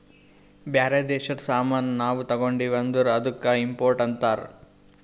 ಬ್ಯಾರೆ ದೇಶದು ಸಾಮಾನ್ ನಾವು ತಗೊಂಡಿವ್ ಅಂದುರ್ ಅದ್ದುಕ ಇಂಪೋರ್ಟ್ ಅಂತಾರ್